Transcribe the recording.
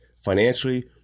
financially